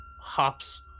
hops